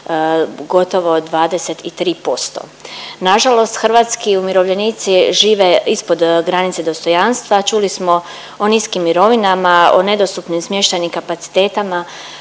gotovo 23%. Nažalost Hrvatski umirovljenici žive ispod granice dostojanstva, čuli smo o niskim mirovinama, o nedostupnim smještajnim kapacitetima,